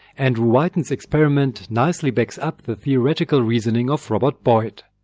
and whiten's experiment nicely backs up the theoretical reasoning of robert boyd.